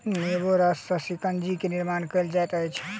नेबो रस सॅ शिकंजी के निर्माण कयल जाइत अछि